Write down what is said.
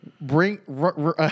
bring